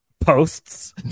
posts